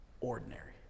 ordinary